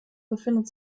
befindet